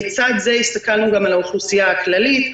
לצד זה הסתכלנו גם על האוכלוסייה הכללית,